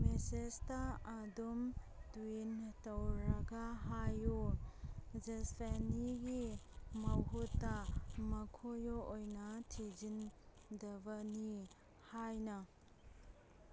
ꯃꯦꯁꯦꯁꯇ ꯑꯗꯨꯝ ꯇ꯭ꯋꯤꯟ ꯇꯧꯔꯒ ꯍꯥꯏꯌꯣ ꯖꯁꯄꯦꯅꯤꯒꯤ ꯃꯍꯨꯠꯇ ꯃꯈꯣꯏ ꯑꯣꯏꯅ ꯊꯤꯖꯤꯟꯒꯗꯕꯅꯤ ꯍꯥꯏꯅ